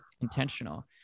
intentional